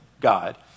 God